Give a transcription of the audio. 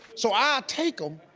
so i take em,